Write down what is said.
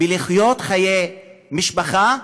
לחיות חיי משפחה,